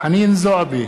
חנין זועבי,